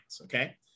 okay